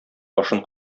башын